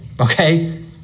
okay